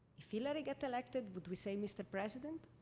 if hillary get elected, would we say mr. president?